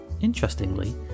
Interestingly